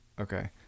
Okay